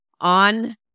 on